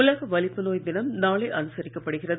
உலக வலிப்பு நோய் தினம் நாளை அனுசரிக்கப்படுகிறது